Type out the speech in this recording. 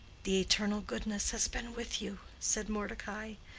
the eternal goodness has been with you, said mordecai.